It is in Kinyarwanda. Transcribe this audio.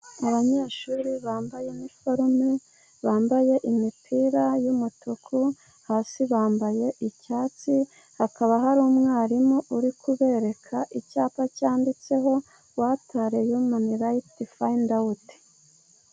Abanyeshuri bambaye iniforume, bambaye imipira y'umutuku, hasi bambaye icyatsi, hakaba hari umwarimu, uri kubereka icyapa cyanditseho watariyumanirayitifayindawuti.